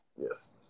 yes